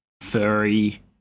furry